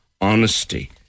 honesty